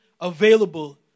available